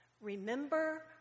Remember